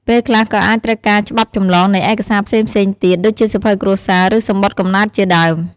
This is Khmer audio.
ពេលខ្លះក៏អាចត្រូវការច្បាប់ចម្លងនៃឯកសារផ្សេងៗទៀត ដូចជាសៀវភៅគ្រួសារ ឬសំបុត្រកំណើតជាដើម។